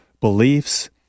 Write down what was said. beliefs